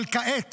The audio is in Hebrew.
אבל כעת